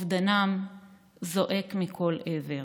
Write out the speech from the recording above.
אובדנם זועק מכל עבר.